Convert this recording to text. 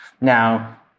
now